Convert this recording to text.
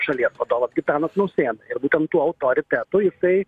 šalies vadovas gitanas nausėda ir būtent tuo autoritetu jisai